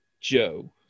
Joe